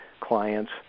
clients